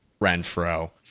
Renfro